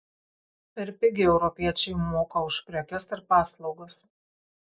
per pigiai europiečiai moka už prekes ir paslaugas